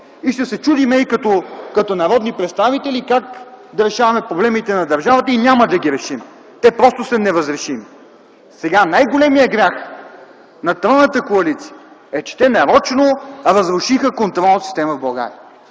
и ще се чудим като народни представители как да решаваме проблемите на държавата и няма да ги решим. Те просто са неразрешими. Най-големият грях на тройната коалиция е, че те нарочно разрушиха контролната система в България,